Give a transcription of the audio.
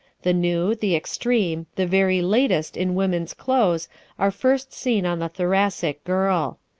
the new, the extreme, the very latest in women's clothes are first seen on the thoracic girl.